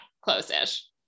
Close-ish